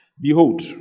Behold